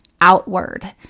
outward